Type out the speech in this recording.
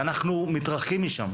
ואנחנו מתרחקים משם.